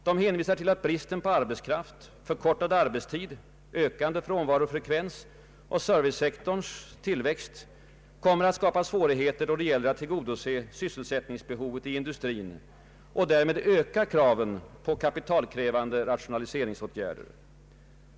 De hänvisar till att bristen på arbetskraft, förkortad arbetstid, ökande frånvarofrekvens och servicesektorns tillväxt kommer att skapa svårigheter då det gäller att tillgodose sysselsättningsbehovet i industrin och därmed öka kraven på kapitalkrävande rationaliseringsåtgärder.